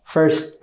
First